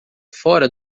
fora